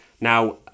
Now